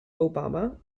obama